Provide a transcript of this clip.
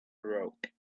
broke